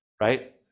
Right